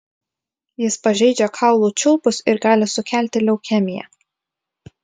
jis pažeidžia kaulų čiulpus ir gali sukelti leukemiją